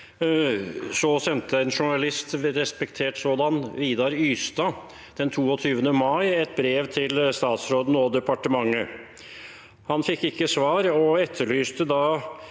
sendte en journalist, en respektert sådan, Vidar Ystad, den 22. mai et brev til statsråden og departementet. Han fikk ikke svar og etterlyste det